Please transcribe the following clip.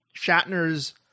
Shatner's